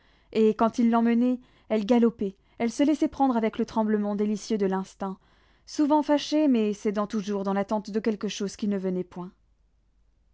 et quand il l'emmenait elle galopait elle se laissait prendre avec le tremblement délicieux de l'instinct souvent fâchée mais cédant toujours dans l'attente de quelque chose qui ne venait point